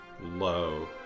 low